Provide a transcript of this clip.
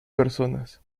personas